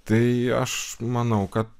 tai aš manau kad